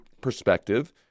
perspective